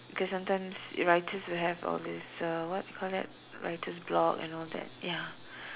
because sometimes writers will have all this uh what you call that writer's block and all that ya